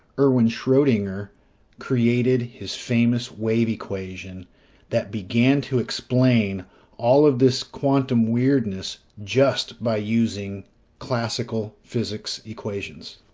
erwin schrodinger created his famous wave equation that began to explain all of this quantum weirdness just by using classical physics equations.